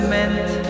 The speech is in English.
meant